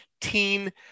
teen